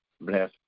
Bless